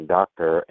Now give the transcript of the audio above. Doctor